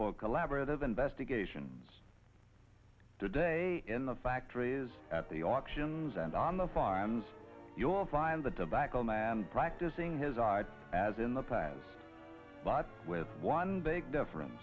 for collaborative investigations today in the factories at the options and on the farms you all find the tobacco man practicing his art as in the past but with one big difference